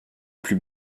plus